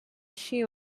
she